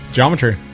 Geometry